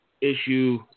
issue